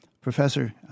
Professor